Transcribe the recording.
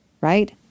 right